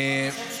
נאור,